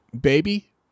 Baby